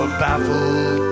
baffled